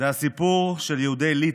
זה הסיפור של יהודי ליטא,